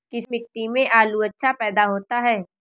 किस मिट्टी में आलू अच्छा पैदा होता है?